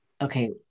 okay